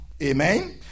Amen